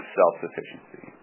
self-sufficiency